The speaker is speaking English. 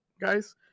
guys